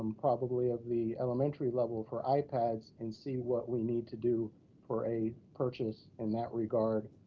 and probably at the elementary level for ipads, and see what we need to do for a purchase in that regard,